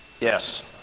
Yes